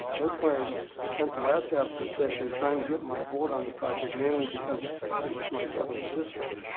linzmeyer spent the last half of the session trying to get my vote on the project, mainly because it was my seventh district.